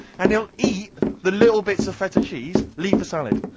and he'll eat, the little bits of feta cheese, leave the salad.